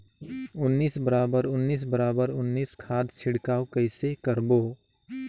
उन्नीस बराबर उन्नीस बराबर उन्नीस खाद छिड़काव कइसे करबो?